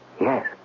Yes